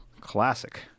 Classic